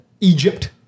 Egypt